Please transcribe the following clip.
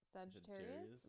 Sagittarius